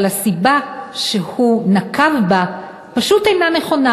אבל הסיבה שהוא נקב בה פשוט אינה נכונה